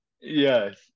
Yes